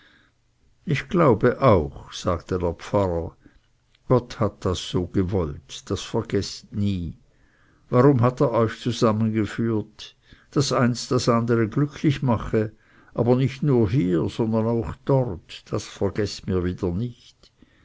ich glaube auch sagte der pfarrer gott hat das gewollt das vergeßt nie warum hat er euch zusammengeführt daß eins das andere glücklich mache aber nicht nur hier sondern auch dort das vergeßt mir wieder nicht